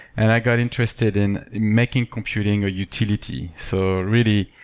and i got interested in making computing or utility. so really,